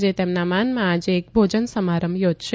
જે તેમના માનમાં આજે એક ભોજન સમારંભ યોજશે